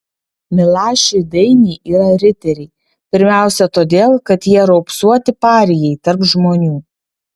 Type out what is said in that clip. milašiui dainiai yra riteriai pirmiausia todėl kad jie raupsuoti parijai tarp žmonių